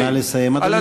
נא לסיים, אדוני.